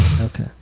Okay